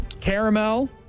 caramel